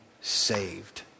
saved